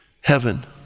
Heaven